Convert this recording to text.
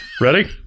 Ready